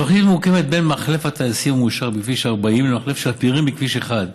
התוכנית ממוקמת בין מחלף הטייסים המאושר בכביש 40 למחלף שפירים בכביש 1,